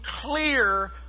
clear